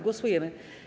Głosujemy.